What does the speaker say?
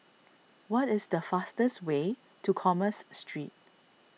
what is the fastest way to Commerce Street